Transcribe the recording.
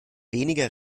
weniger